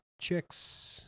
chicks